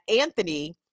Anthony